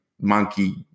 monkey